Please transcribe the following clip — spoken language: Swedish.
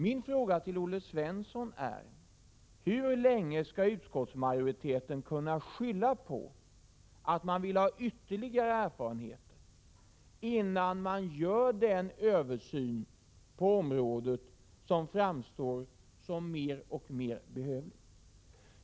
Hur länge skall utskottsmajoriteten kunna skylla på att man vill ha ytterligare erfarenheter, innan man gör den översyn på området som framstår som alltmer behövlig?